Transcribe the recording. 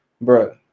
Bro